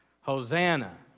Hosanna